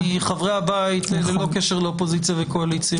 מחברי הבית ללא קשר לאופוזיציה וקואליציה.